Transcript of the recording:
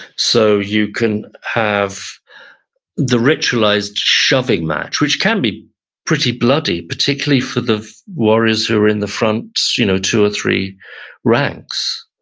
so you can have the ritualized shoving match, which can be pretty bloody, particularly for the warriors who are in the front you know two or three ranks.